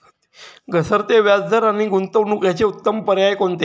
घसरते व्याजदर आणि गुंतवणूक याचे उत्तम पर्याय कोणते?